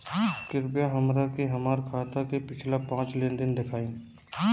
कृपया हमरा के हमार खाता के पिछला पांच लेनदेन देखाईं